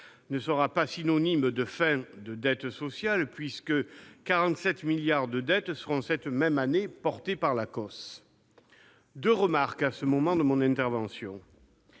ne sera pas synonyme de fin de la dette sociale, puisque 47 milliards d'euros de dette seront cette même année portés par l'Acoss. Je ferai deux remarques à ce moment de mon intervention.